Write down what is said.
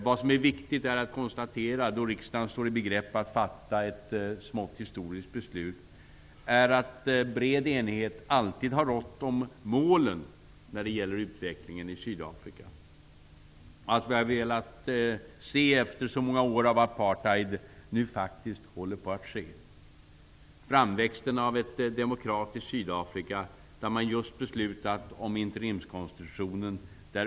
Vad som är viktigt att konstatera, då riksdagen står i begrepp att fatta ett smått historiskt beslut, är att bred enighet alltid har rått om målen när det gäller utvecklingen i Sydafrika. Det vi har velat se håller faktiskt på att ske, efter så många år av apartheid. Det är framväxten av ett demokratiskt Sydafrika, där man just har beslutat om en interimskonstitution.